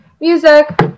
music